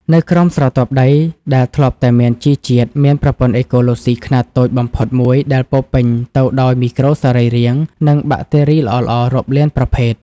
នៅក្រោមស្រទាប់ដីដែលធ្លាប់តែមានជីជាតិ មានប្រព័ន្ធអេកូឡូស៊ីខ្នាតតូចបំផុតមួយដែលពោរពេញទៅដោយមីក្រូសរីរាង្គ និងបាក់តេរីល្អៗរាប់លានប្រភេទ។